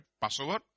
Passover